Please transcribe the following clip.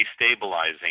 destabilizing